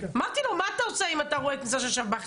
אמרתי לו, מה אתה עושה אם אתה רואה כניסה של שב"ח?